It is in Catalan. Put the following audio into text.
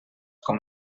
com